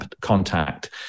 contact